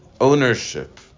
ownership